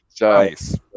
Nice